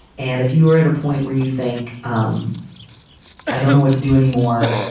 and if you are at a point where you think um i don't know what to do anymore.